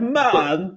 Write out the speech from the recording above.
man